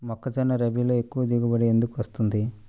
మొక్కజొన్న రబీలో ఎక్కువ దిగుబడి ఎందుకు వస్తుంది?